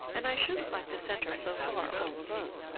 and i shouldn't like to send her so far all alone.